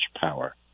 power